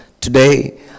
Today